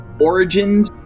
origins